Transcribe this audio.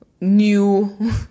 new